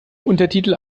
untertitel